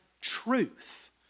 truth